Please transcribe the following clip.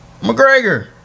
McGregor